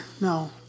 No